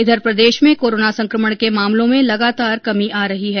इधर प्रदेश में कोरोना संकमण के मामलों में लगातार कमी आ रही है